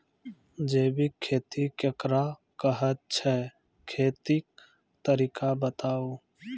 जैबिक खेती केकरा कहैत छै, खेतीक तरीका बताऊ?